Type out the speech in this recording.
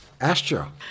Astro